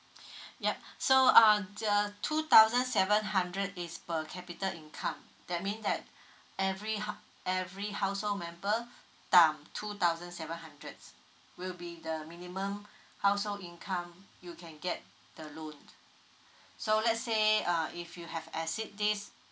yup so uh the two thousand seven hundred is per capita income that mean that every hou~ every household member down two thousand seven hundred will be the minimum household income you can get the loan so let's say uh if you have exceed this